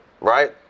Right